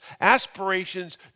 aspirations